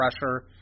pressure